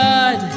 God